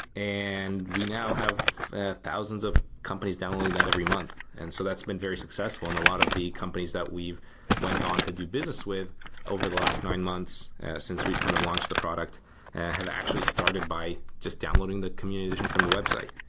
and we now have thousands of companies downloading that every month. and so that's been very successful, and a lot of the companies that we've went on to do business with over the last nine months since we've kind of launched the product have actually started by just downloading the community edition from the website.